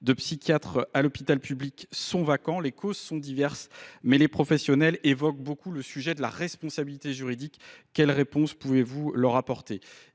de psychiatre à l’hôpital public sont vacants. Si les causes sont diverses, les professionnels évoquent avec insistance la question de la responsabilité juridique. Quelle réponse pouvez vous leur apporter ?